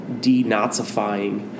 denazifying